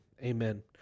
Amen